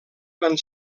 van